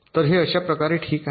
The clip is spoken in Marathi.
तर अशा प्रकारे हे ठीक आहे